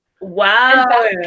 Wow